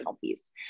piece